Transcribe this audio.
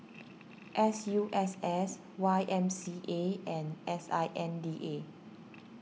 S U S S Y M C A and S I N D A